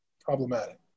problematic